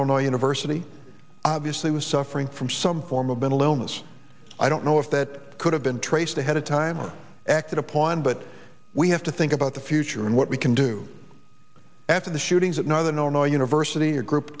illinois university obviously was suffering from some form of mental illness i don't know if that could have been traced ahead of time or acted upon but we have to think about the future and what we can do after the shootings at northern illinois university a group